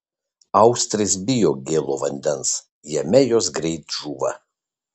austrės bijo gėlo vandens jame jos greit žūva